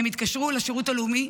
הם התקשרו לשירות הלאומי,